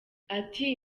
ati